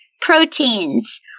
proteins